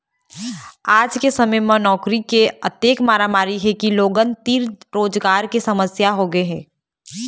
आज के समे म नउकरी के अतेक मारामारी हे के लोगन तीर रोजगार के समस्या होगे हे